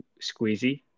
Squeezy